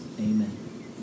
amen